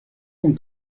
con